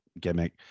gimmick